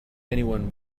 anyone